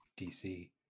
DC